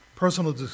Personal